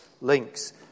Links